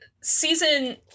Season